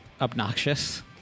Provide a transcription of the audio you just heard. obnoxious